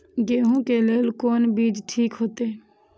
गेहूं के लेल कोन बीज ठीक होते?